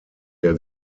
der